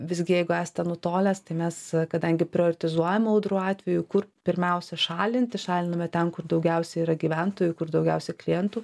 visgi jeigu esate nutolęs tai mes kadangi prioritizuojam audrų atveju kur pirmiausia šalinti šaliname ten kur daugiausiai yra gyventojų kur daugiausia klientų